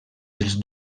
els